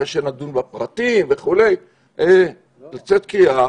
אחרי שנדון בפרטים וכו' לצאת קריאה